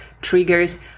triggers